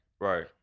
right